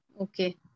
Okay